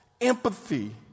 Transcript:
empathy